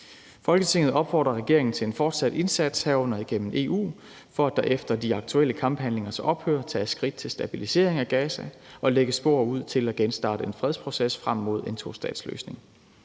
Folketinget opfordrer regeringen til en fortsat indsats, herunder igennem EU, for at der efter de aktuelle kamphandlingers ophør tages skridt til stabilisering af Gaza og lægges spor ud til at genstarte en fredsproces frem mod en tostatsløsning.